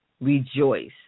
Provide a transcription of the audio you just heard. rejoice